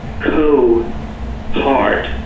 co-part